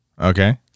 Okay